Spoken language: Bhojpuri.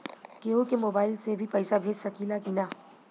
केहू के मोवाईल से भी पैसा भेज सकीला की ना?